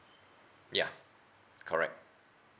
ya correct